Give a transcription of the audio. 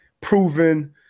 proven